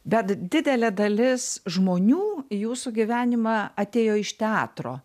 bet didelė dalis žmonių į jūsų gyvenimą atėjo iš teatro